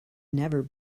never